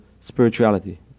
spirituality